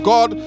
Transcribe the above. God